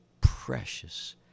precious